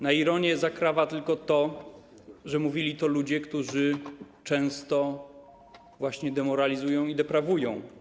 Na ironię zakrawa tylko to, że mówili to ludzie, którzy często właśnie demoralizują i deprawują.